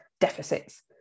deficits